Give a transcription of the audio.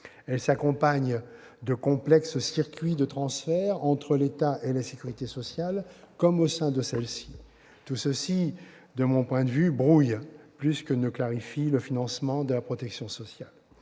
Elle s'accompagne de complexes circuits de transferts, entre l'État et la sécurité sociale comme au sein de celle-ci. Tout cela, de mon point de vue, brouille plus qu'il ne clarifie le financement de la protection sociale.